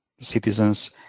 citizens